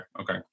okay